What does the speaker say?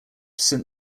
saint